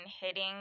hitting